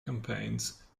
campaigns